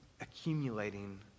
accumulating